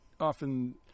often